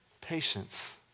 patience